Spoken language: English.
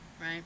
right